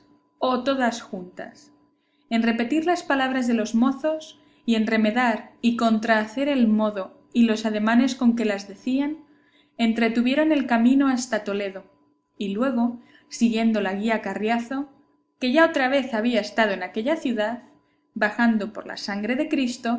o todas juntas en repetir las palabras de los mozos y en remedar y contrahacer el modo y los ademanes con que las decían entretuvieron el camino hasta toledo y luego siendo la guía carriazo que ya otra vez había estado en aquella ciudad bajando por la sangre de cristo